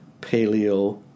paleo